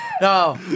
no